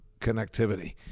connectivity